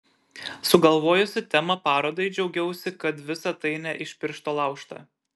sugalvojusi temą parodai džiaugiausi kad visa tai ne iš piršto laužta